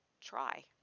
try